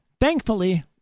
thankfully